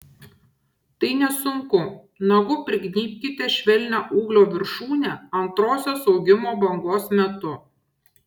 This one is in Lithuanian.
tai nesunku nagu prignybkite švelnią ūglio viršūnę antrosios augimo bangos metu